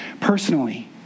personally